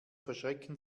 verschrecken